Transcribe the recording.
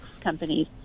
companies